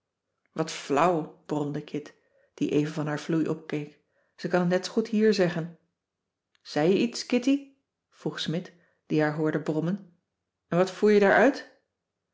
wat flauw bromde kit die even van haar vloei opkeek ze kan t net zoo goed hier zeggen zei je iets kitty vroeg smidt die haar hoorde brommen en wat voer je daar uit